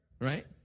Right